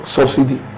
Subsidy